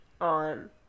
on